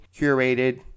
curated